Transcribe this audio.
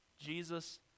Jesus